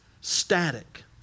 static